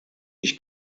ich